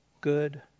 good